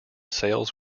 sales